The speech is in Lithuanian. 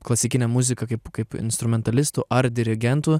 klasikinė muzika kaip kaip instrumentalistų ar dirigentų